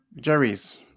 Jerry's